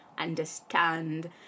understand